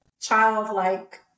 childlike